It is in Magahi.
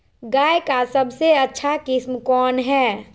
गाय का सबसे अच्छा किस्म कौन हैं?